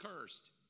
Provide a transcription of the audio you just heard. cursed